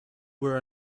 were